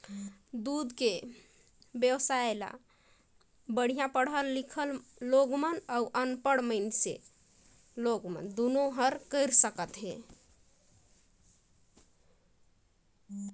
दूद के बेवसाय ल बड़िहा पड़हल लिखल मइनसे अउ अनपढ़ मइनसे दुनो हर कर सकथे